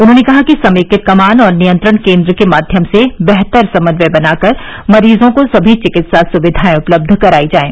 उन्होंने कहा कि समेकित कमान और नियंत्रण केन्द्र के माध्यम से बेहतर समन्वय बनाकर मरीजों को समी चिकित्सा सुविधाएं उपलब्ध कराई जायें